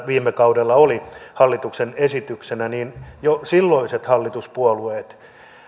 viime kaudella oli hallituksen esityksenä niin jo silloiset hallituspuolueet